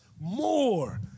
more